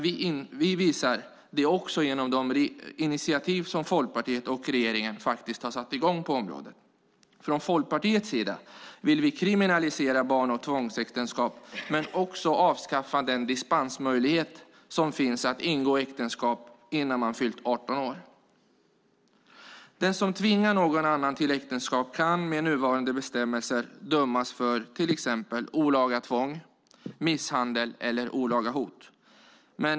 Vi visar det också genom de initiativ som Folkpartiet och regeringen har tagit på området. Vi i Folkpartiet vill kriminalisera barn och tvångsäktenskap och även avskaffa den dispensmöjlighet som finns att ingå äktenskap innan man fyllt 18 år. Den som tvingar någon annan till äktenskap kan med nuvarande bestämmelser dömas för till exempel olaga tvång, misshandel eller olaga hot.